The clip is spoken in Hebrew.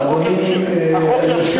החוק ימשיך,